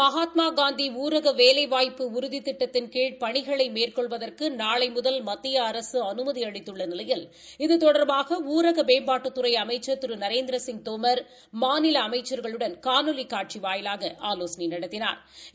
மகாத்மா காந்தி ஊரக வேலைவாய்ப்பு உறுதி திட்டத்தின் கீழ் பணிகளை மேற்கொள்வதற்கு நாளை முதல் மத்திய அரசு அனுமதி அளித்துள்ள நிலையில் இது தொடர்பாக ஊரக மேம்பாட்டுத்துறை அமைச்சர் திரு நரேந்திரசிங் தோமர் மாநில அமைச்சர்களுடன் காணொலி காட்சி வாயிலாக ஆலோசனை நடத்தினாா்